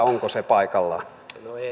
onko se paikallaan